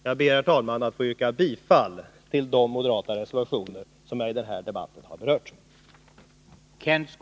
Jag ber, herr talman, att få yrka bifall till de moderata reservationer som har berörts i denna debatt.